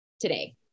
today